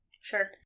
Sure